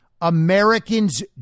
Americans